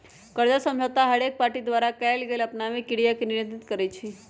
कर्जा समझौता हरेक पार्टी द्वारा कएल गेल आपनामे क्रिया के नियंत्रित करई छै